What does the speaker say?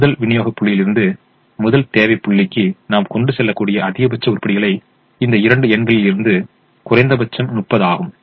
எனவே முதல் விநியோக புள்ளியிலிருந்து முதல் தேவை புள்ளிக்கு நாம் கொண்டு செல்லக்கூடிய அதிகபட்ச உருப்படிகளை இந்த இரண்டு எண்களில் இருந்து குறைந்தபட்சம் 30 ஆகும்